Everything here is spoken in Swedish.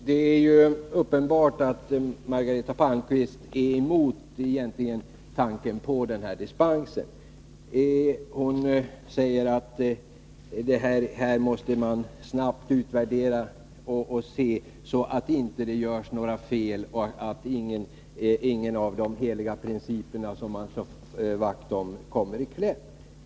Fru talman! Det är uppenbart att Margareta Palmqvist egentligen är emot tanken på denna dispens. Hon säger att man här snabbt måste göra en utvärdering för att se till att inga fel begås och att ingen av de heliga principer som man slår vakt om kommer i kläm.